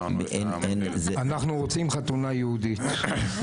אנחנו רוצים חתונה יהודית.